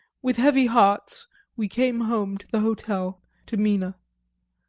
with heavy hearts we came home to the hotel to mina.